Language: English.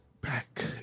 Back